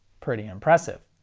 pretty impressive.